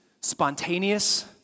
spontaneous